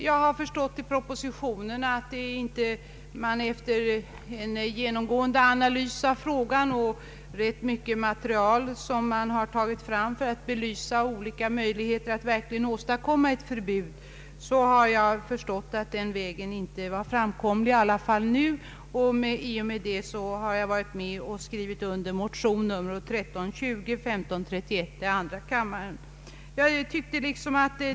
Jag har av propositionen, med dess ingående analyser och med det myckna material man haft till sitt förfogande för att belysa olika möjligheter för att åstadkomma ett förbud, förstått att den vägen inte är framkomlig, i varje fall inte nu. Därför har jag skrivit under motionerna 1:1320 och II: 1531.